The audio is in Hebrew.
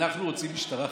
אנחנו רוצים משטרה חזקה.